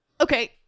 okay